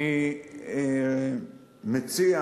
אני מציע